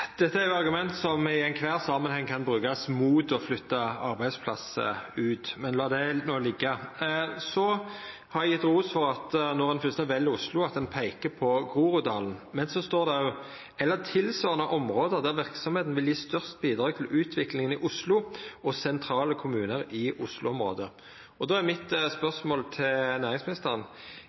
Dette er jo argument som i alle samanhengar kan brukast mot å flytta arbeidsplassar ut – men lat no det liggja. Eg har gitt ros for at når ein først har valt Oslo, peiker ein på Groruddalen. Men så står det «eller i tilsvarende område der virksomheten vil gi størst bidrag til utviklingen i Oslo og sentrale kommuner i Oslo-området». Då er spørsmålet mitt til næringsministeren: